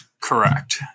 Correct